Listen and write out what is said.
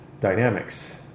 dynamics